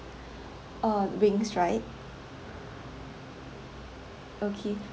uh beans right okay